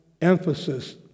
emphasis